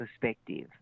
perspective